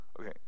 Okay